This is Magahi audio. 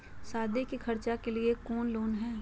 सादी के खर्चा के लिए कौनो लोन है?